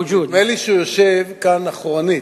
נדמה לי שהוא יושב כאן אחורנית,